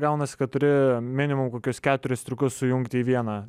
gaunasi kad turi minimum kokius keturis trukus sujungti į vieną